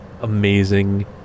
amazing